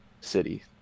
city